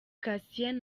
cassien